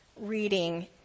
reading